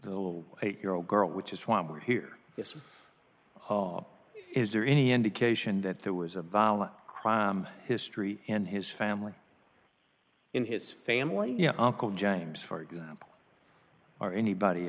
little eight year old girl which is why we're here this hall is there any indication that there was a violent crime history and his family in his family you know uncle james for example or anybody